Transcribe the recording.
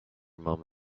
moment